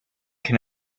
can